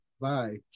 Bye